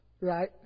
right